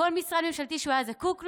ולכל משרד ממשלתי שהיה זקוק לו,